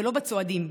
ולא בצועדים,